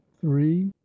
three